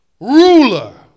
Ruler